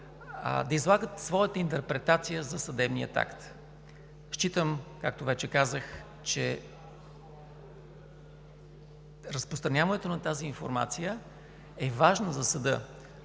да излагат своята интерпретация за съдебния акт. Считам, както вече казах, че разпространяването на тази информация е важна за съда.